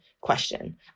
question